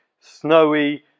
snowy